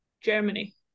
Germany